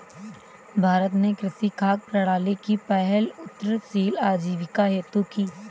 भारत ने कृषि खाद्य प्रणाली की पहल उन्नतशील आजीविका हेतु की